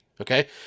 okay